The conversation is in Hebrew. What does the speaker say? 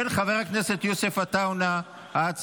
של חבר הכנסת רון כץ.